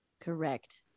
Correct